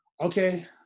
Okay